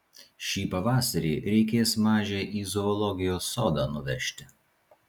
šį pavasarį reikės mažę į zoologijos sodą nuvežti